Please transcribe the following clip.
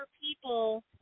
people